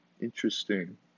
Interesting